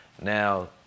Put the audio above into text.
Now